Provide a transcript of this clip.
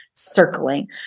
Circling